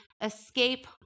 escape